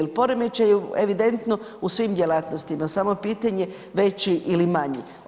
Jer poremećaj je evidentno u svim djelatnostima, samo je pitanje veći ili manji.